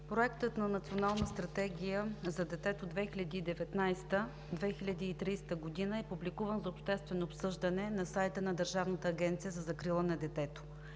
Проектът на Национална стратегия за детето 2019 – 2030 г. е публикуван за обществено обсъждане на сайта на Държавната агенция за закрила на детето.